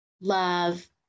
love